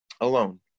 alone